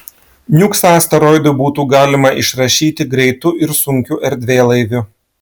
niuksą asteroidui būtų galima išrašyti greitu ir sunkiu erdvėlaiviu